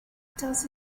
does